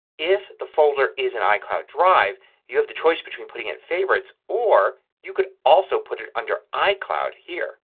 if the folder is in icloud drive you have the choice between putting it in favorites or you could also put it under icloud here.